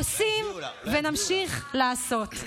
עושים, ונמשיך לעשות.